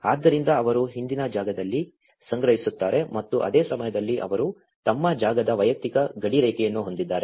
ಆದ್ದರಿಂದ ಅವರು ಹಿಂದಿನ ಜಾಗದಲ್ಲಿ ಸಂಗ್ರಹಿಸುತ್ತಾರೆ ಮತ್ತು ಅದೇ ಸಮಯದಲ್ಲಿ ಅವರು ತಮ್ಮ ಜಾಗದ ವೈಯಕ್ತಿಕ ಗಡಿರೇಖೆಯನ್ನು ಹೊಂದಿದ್ದಾರೆ